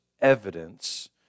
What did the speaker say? evidence